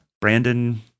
brandon